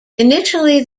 initially